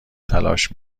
تلاش